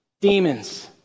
demons